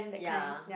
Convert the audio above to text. ya